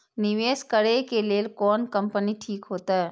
निवेश करे के लेल कोन कंपनी ठीक होते?